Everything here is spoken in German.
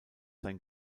sein